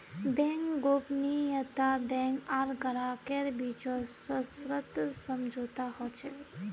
bank गोपनीयता bank आर ग्राहकेर बीचत सशर्त समझौता ह छेक